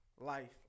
life